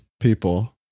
people